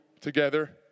together